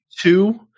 two